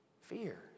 fear